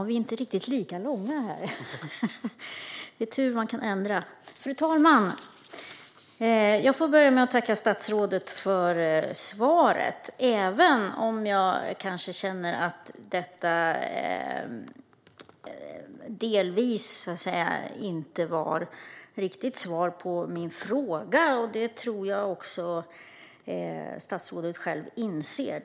Fru talman! Jag får börja med att tacka statsrådet för svaret, även om jag kanske känner att det delvis inte var svar på min fråga. Det tror jag att statsrådet själv inser.